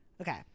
Okay